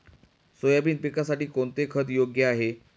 Soybean पिकासाठी कोणते खत योग्य आहे?